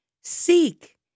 Seek